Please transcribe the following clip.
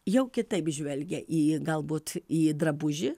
jau kitaip žvelgia į galbūt į drabužį